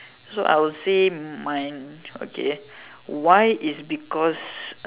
so I will say mind okay why is because